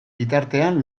bitartean